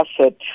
asset